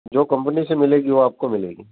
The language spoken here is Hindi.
जो कम्पनी से मिलेगी वह आपको मिलेगी